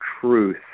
truth